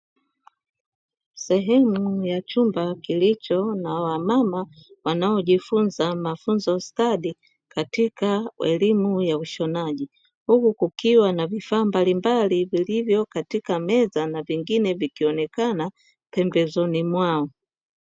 Sehemu ya chumba kilicho na wamama wanaojifunza mafunzo stadi katika elimu ya ushonaji, huku kukiwa na vifaa mbalimbali vilivyo katika meza na vingine vikionekana pembezoni mwao.